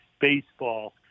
baseball